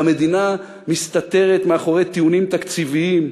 והמדינה מסתתרת מאחורי טיעונים תקציביים,